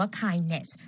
kindness